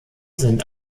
sind